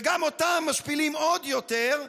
גם אותם משפילים עוד יותר,